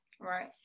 right